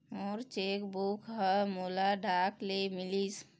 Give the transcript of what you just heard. मोर cheque book ह मोला डाक ले मिलिस